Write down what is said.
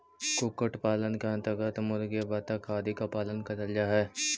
कुक्कुट पालन के अन्तर्गत मुर्गी, बतख आदि का पालन करल जा हई